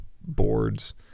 boards